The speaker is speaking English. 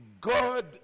God